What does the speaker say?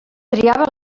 triava